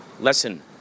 lesson